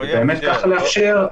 ובאמת ככה לאפשר,